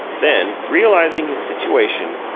then, realizing his situation,